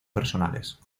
personales